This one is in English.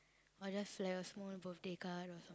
or just like a small birthday card or some~